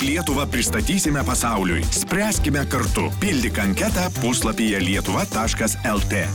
lietuvą pristatysime pasauliui spręskime kartu pildyk anketą puslapyje lietuva taškas lt